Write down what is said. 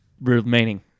remaining